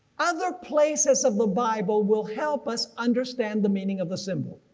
other places of the bible will help us understand the meaning of the symbol.